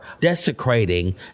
desecrating